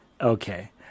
Okay